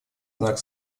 знак